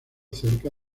cerca